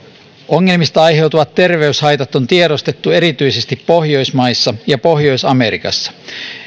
ongelmista aiheutuvat terveyshaitat on tiedostettu erityisesti pohjoismaissa ja pohjois amerikassa